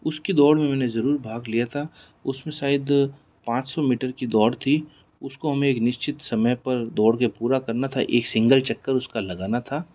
उसकी दौड़ में मैंने जरूर भाग लिया था उसमे शायद पाँच सौ मीटर की दौड़ थी उसको हमे एक निश्चित समय पर दौड़ के पूरा करना था एक सिंगल चक्कर उसका लगाना था